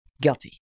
guilty